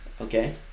Okay